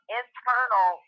internal